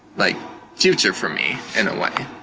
like future for me, in a way.